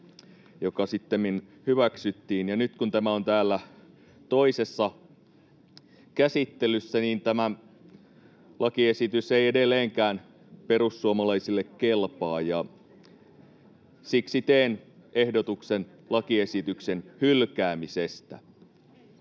joka sittemmin hyväksyttiin. Nyt kun tämä on täällä toisessa käsittelyssä, niin tämä lakiesitys ei edelleenkään perussuomalaisille kelpaa, ja siksi teen ehdotuksen lakiesityksen hylkäämisestä.